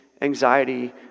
anxiety